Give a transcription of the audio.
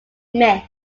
myth